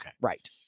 right